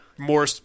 More